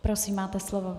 Prosím, máte slovo.